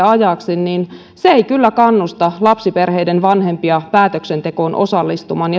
ajaksi niin se ei kyllä kannusta lapsiperheiden vanhempia päätöksentekoon osallistumaan